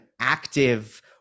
active